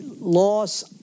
loss